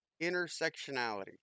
intersectionality